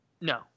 No